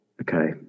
Okay